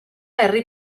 herri